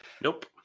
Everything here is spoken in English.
Nope